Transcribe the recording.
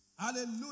Hallelujah